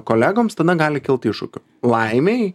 kolegoms tame gali kilt iššūkių laimei